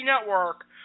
Network